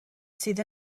sydd